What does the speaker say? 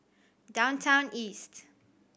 Downtown East